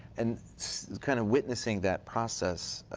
and kind of witnessing that process,